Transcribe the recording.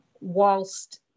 whilst